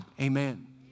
Amen